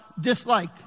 dislike